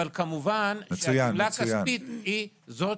אבל כמובן שמבחינה כספית היא זאת